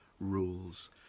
rules